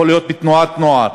הוא יכול להיות בתנועת נוער,